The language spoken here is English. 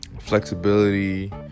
flexibility